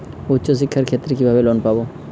উচ্চশিক্ষার ক্ষেত্রে কিভাবে লোন পাব?